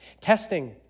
Testing